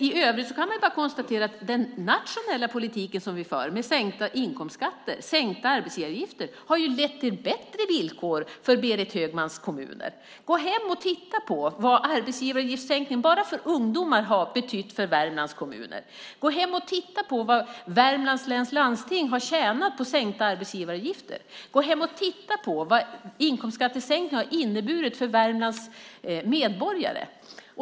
I övrigt kan man bara konstatera att den nationella politik som vi för med sänkta inkomstskatter och sänkta arbetsgivaravgifter har lett till bättre villkor för Berit Högmans kommuner. Gå hem och titta på vad arbetsgivaravgiftssänkningen för ungdomar har betytt för Värmlands kommuner. Gå hem och titta på vad Värmlands läns landsting har tjänat på sänkta arbetsgivaravgifter. Gå hem och titta på vad inkomskattesänkningen har inneburit för Värmlands medborgare.